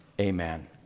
amen